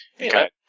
Okay